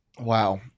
Wow